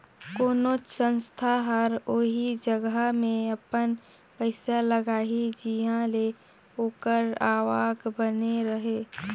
कोनोच संस्था हर ओही जगहा में अपन पइसा लगाही जिंहा ले ओकर आवक बने रहें